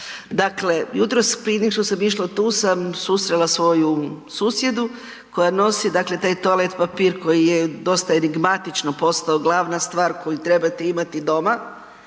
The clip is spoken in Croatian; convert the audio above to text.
Dakle, jutros prije nego što sam išla, tu sam susrela svoju susjedu koja nosi, dakle taj toalet papir koji je dosta enigmatično postao glavna stvar koju trebate imati doma,